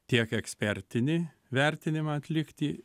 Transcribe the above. tiek ekspertinį vertinimą atlikti